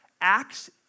Acts